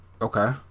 Okay